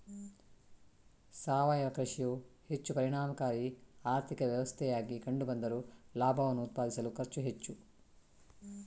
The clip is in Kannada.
ಸಾವಯವ ಕೃಷಿಯು ಹೆಚ್ಚು ಪರಿಣಾಮಕಾರಿ ಆರ್ಥಿಕ ವ್ಯವಸ್ಥೆಯಾಗಿ ಕಂಡು ಬಂದರೂ ಲಾಭವನ್ನು ಉತ್ಪಾದಿಸಲು ಖರ್ಚು ಹೆಚ್ಚು